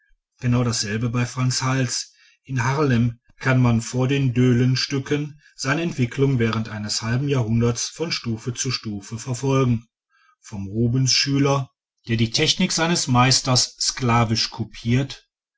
genau dasselbe bei f hals in haarlem kann man vor den doelenstücken seine entwicklung während eines halben jahrhunderts von stufe zu stufe verfolgen vom rubensschüler der die technik seines meisters sklavisch kopiert